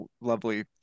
lovely